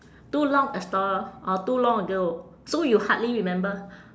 too long a sto~ or too long ago so you hardly remember